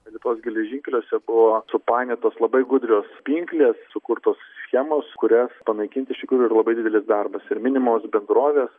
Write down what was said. lietuvos geležinkeliuose buvo supainiotos labai gudrios pinklės sukurtos schemos kurias panaikinti iš tikrųjų yra labai didelis darbas ir minimos bendrovės